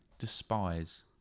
despise